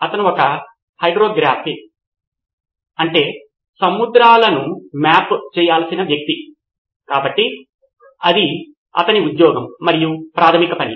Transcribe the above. అతను ఒక హైడ్రోగ్రాఫ్ అంటే సముద్రాలను మ్యాప్ చేయాల్సిన వ్యక్తి కాబట్టి అది అతని ఉద్యోగం మరియు ప్రాధమిక పని